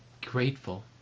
grateful